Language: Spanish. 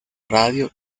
radio